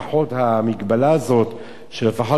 שלפחות השתייה לא תהיה מזויפת,